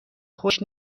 خوش